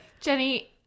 Jenny